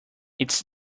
it’s